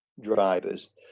drivers